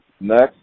Next